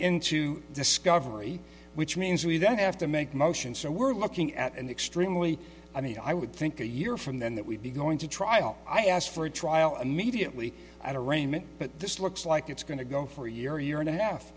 into discovery which means we then have to make motions so we're looking at an extremely i mean i would think a year from then that would be going to trial i asked for a trial immediately at a range but this looks like it's going to go for a year year and a half